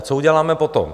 A co uděláme potom?